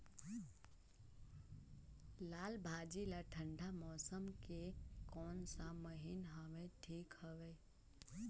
लालभाजी ला ठंडा मौसम के कोन सा महीन हवे ठीक हवे?